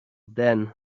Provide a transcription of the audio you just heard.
then